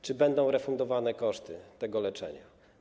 Czy będą refundowane koszty tego leczenia?